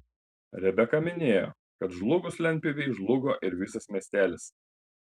rebeka minėjo kad žlugus lentpjūvei žlugo ir visas miestelis